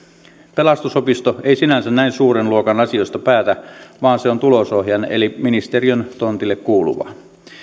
pelastusopisto ei sinänsä näin suuren luokan asioista päätä vaan se on tulosohjaajan eli ministeriön tontille kuuluva